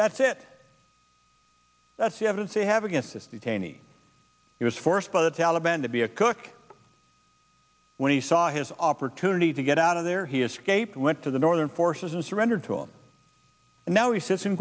that's it that's the evidence they have against this detainees he was forced by the taliban to be a cook when he saw his opportunity to get out of there he escaped went to the northern forces and surrendered to him and now he sits in